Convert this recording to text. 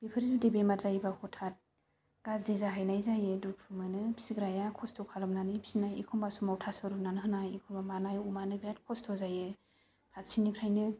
बेफोर जुदि बेमार जायोबा हथाद गाज्रि जाहैनाय जायो दुखु मोनो फिसिग्राया खस्त' खालामनानै फिसिनाय एखम्बा समाव थास' रुनानै होनाय एखम्बा मानाय अमानो बिराद खस्त' जायो फारसेनिफ्रायनो